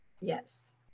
Yes